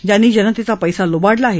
ज्यांनी जनतेचा पैसा लुबाडला आहे